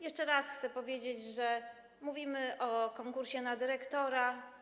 Jeszcze raz chcę powiedzieć, że mówimy o konkursie na dyrektora.